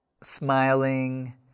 smiling